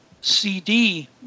CD